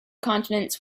continents